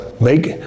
make